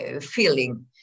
feeling